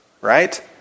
right